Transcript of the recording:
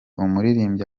umurimo